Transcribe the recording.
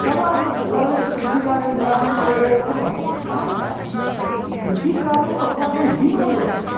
तदा सर्वे कृषिकार्यं ग्रामीणपरिसरे एव कुर्वन्ति अनन्तरं कृषिकार्यं अस्माकं जीवनं भवति